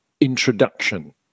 introduction